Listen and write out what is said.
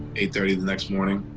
eight thirty the next morning,